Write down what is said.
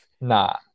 Nah